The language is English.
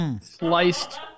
Sliced